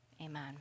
amen